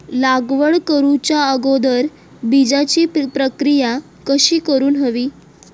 लागवड करूच्या अगोदर बिजाची प्रकिया कशी करून हवी?